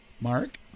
Mark